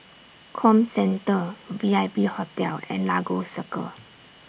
Comcentre V I P Hotel and Lagos Circle